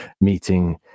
meeting